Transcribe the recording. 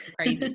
crazy